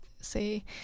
say